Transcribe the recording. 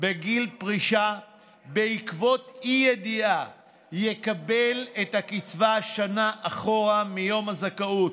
בגיל פרישה בעקבות אי-ידיעה יקבל את הקצבה שנה אחורה מיום הזכאות,